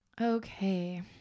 okay